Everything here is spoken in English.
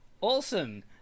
Awesome